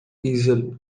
easel